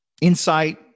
insight